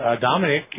Dominic